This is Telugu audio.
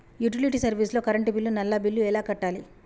యుటిలిటీ సర్వీస్ లో కరెంట్ బిల్లు, నల్లా బిల్లు ఎలా కట్టాలి?